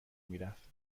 میرفت